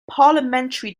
parliamentary